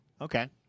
Okay